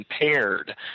impaired